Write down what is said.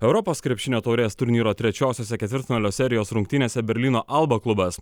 europos krepšinio taurės turnyro trečiosiose ketvirtfinalio serijos rungtynėse berlyno alba klubas